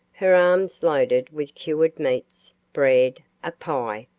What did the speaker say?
her arms loaded with cured meats, bread, a pie,